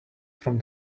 from